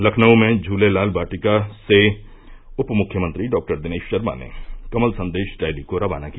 लखनऊ में झूलेलाल वाटिका से उप मुख्यमंत्री डॉक्टर दिनेश शर्मा ने कमल संदेश रैली को रवाना किया